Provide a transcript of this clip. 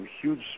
huge